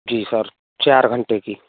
जी sir चार घंटे की